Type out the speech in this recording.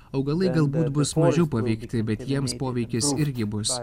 augalai galbūt bus mažiau paveikti bet jiems poveikis irgi bus